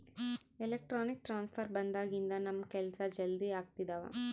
electronic transfer ಬಂದಾಗಿನಿಂದ ನಮ್ ಕೆಲ್ಸ ಜಲ್ದಿ ಆಗ್ತಿದವ